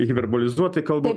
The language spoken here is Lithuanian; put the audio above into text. hiperbolizuotai kalbu